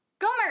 Gomer